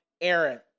Aaron